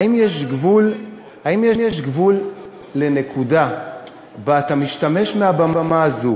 האם יש גבול לנקודה שבה אתה משתמש מהבמה הזאת